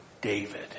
David